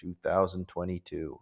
2022